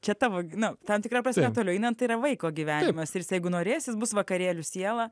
čia tavo gi na tam tikra prasme toliau einant tai yra vaiko gyvenimas ir jis jeigu norės jis bus vakarėlių siela